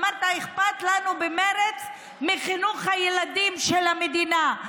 אמרת: במרצ אכפת לנו מחינוך הילדים של המדינה.